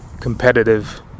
competitive